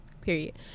Period